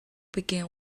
begin